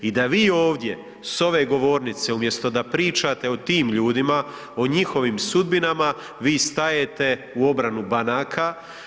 I da vi ovdje s ove govornice umjesto da pričate o tim ljudima, o njihovim sudbinama, vi stajete u obranu banaka.